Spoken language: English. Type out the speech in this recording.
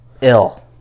Ill